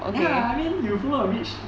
ya I mean you follow the rich